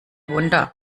wunder